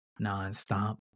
nonstop